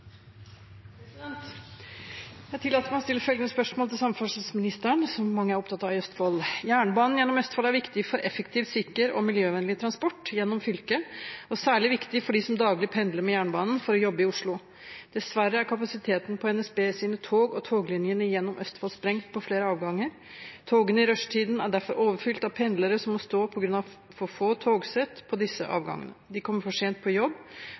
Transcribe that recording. som mange er opptatt av i Østfold: «Jernbanen gjennom Østfold er viktig for effektiv, sikker og miljøvennlig transport gjennom fylket, og særlig viktig for dem som daglig pendler med jernbanen for å jobbe i Oslo. Dessverre er kapasiteten på NSBs tog og toglinjene gjennom Østfold sprengt på flere avganger. Togene i rushtiden er derfor overfylte av pendlere som må stå på grunn av for få togsett på disse avgangene. De kommer for sent på jobb